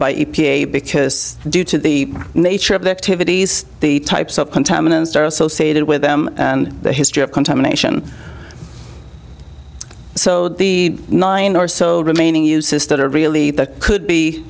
a because due to the nature of the activities the types of contaminants are associated with them and the history of contamination so the nine or so remaining uses that are really that could be